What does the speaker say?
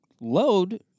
load